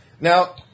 Now